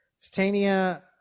Titania